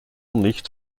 nicht